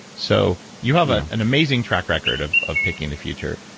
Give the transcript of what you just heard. so you have ah an amazing track record of of picking the future.